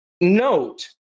note